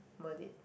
worth it